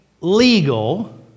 legal